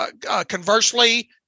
Conversely